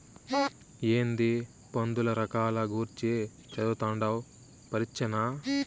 ఏందీ పందుల రకాల గూర్చి చదవతండావ్ పరీచ్చనా